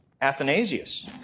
Athanasius